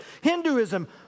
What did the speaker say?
Hinduism